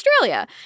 Australia